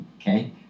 okay